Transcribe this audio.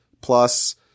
plus